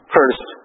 First